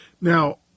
Now